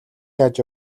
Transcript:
яаж